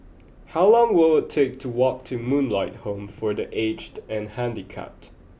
how long will it take to walk to Moonlight Home for the Aged and Handicapped